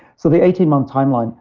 so the eighteen month timeline,